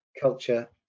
culture